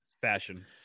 fashion